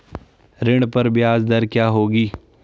ऋण पर ब्याज दर क्या होगी?